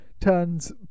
turns